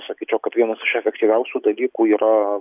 sakyčiau kad vienas iš efektyviausių dalykų yra